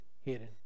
hidden